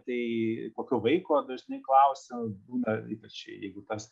tai kokio vaiko dažnai klausia būna ypač jeigu tas